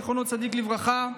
זיכרונו צדיק לברכה,